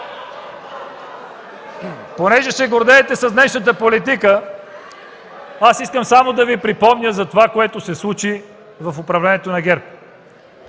Понеже се гордеете с днешната политика, искам само да Ви припомня онова, което се случи в управлението на ГЕРБ.